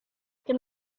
can